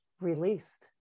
released